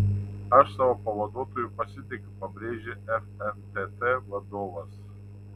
aš savo pavaduotoju pasitikiu pabrėžė fntt vadovas